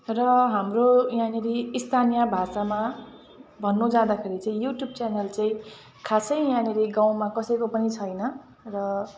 र हाम्रो यहाँनिर स्थानीय भाषामा भन्नु जाँदाखेरि चाहिँ युट्युब च्यानल चाहिँ खासै यहाँनिर गाउँमा कसैको पनि छैन र